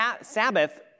Sabbath